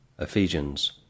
Ephesians